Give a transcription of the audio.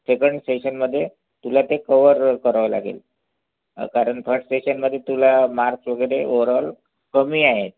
second सेशनमध्ये तुला ते कवर करावे लागेल कारण फश्ट सेशनमध्ये तुला मार्क्स वगैरे ओवरऑल कमी आहेत